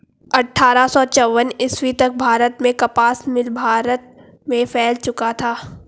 अट्ठारह सौ चौवन ईस्वी तक भारत में कपास मिल भारत भर में फैल चुका था